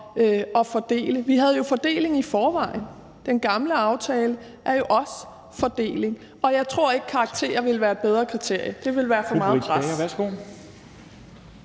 at fordele. Vi havde jo fordeling i forvejen. Den gamle aftale er jo også fordeling, og jeg tror ikke, karakterer ville være et bedre kriterie. Det ville være for meget pres.